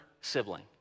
sibling